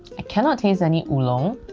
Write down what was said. i cannot taste and oolong,